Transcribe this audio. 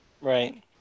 Right